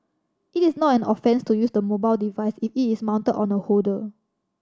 it is not an offence to use the mobile device if it is mounted on a holder